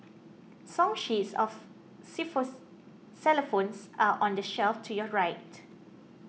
song sheets of xylophones are on the shelf to your right